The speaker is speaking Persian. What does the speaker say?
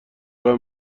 راه